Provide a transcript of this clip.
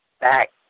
back